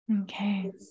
Okay